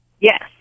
Yes